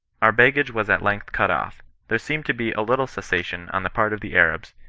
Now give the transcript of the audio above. our baggage was at length cut off there seemed to be a little cessation on the part of the arabs,